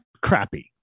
crappy